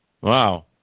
Wow